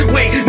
Wait